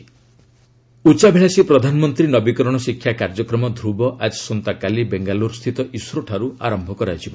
ଗମେଣ୍ଟ innovation ଉଚ୍ଚାଭିଳାଷୀ ପ୍ରଧାନମନ୍ତ୍ରୀ ନବୀକରଣ ଶିକ୍ଷା କାର୍ଯ୍ୟକ୍ରମ ଧ୍ରବ ଆସନ୍ତାକାଲି ବେଙ୍ଗାଲୁର ସ୍ଥିତ ଇସ୍ରୋଠାରୁ ଆରମ୍ଭ ହେବ